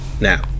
Now